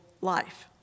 life